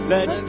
Let